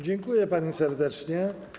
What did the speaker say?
Dziękuję pani serdecznie.